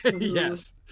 yes